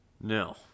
No